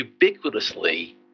ubiquitously